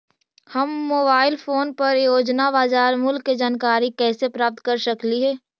हम mobile phone पर रोजाना बाजार मूल्य के जानकारी कैसे प्राप्त कर सकली हे?